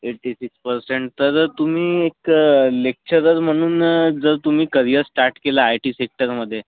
eighty six percent तर तुम्ही एक लेक्चरर म्हणून जर तुम्ही करिअर स्टार्ट केला आय टी सेक्टरमध्ये